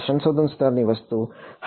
સંશોધન સ્તરની વસ્તુ હા